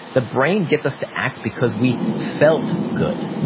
the brain gets us to act because we felt good.